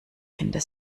hinter